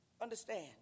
understand